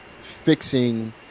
fixing